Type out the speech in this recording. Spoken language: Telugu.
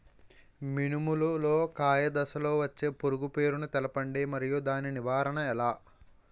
మినుము లో కాయ దశలో వచ్చే పురుగు పేరును తెలపండి? మరియు దాని నివారణ ఎలా?